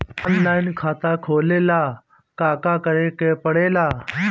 Online खाता खोले ला का का करे के पड़े ला?